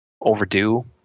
Overdue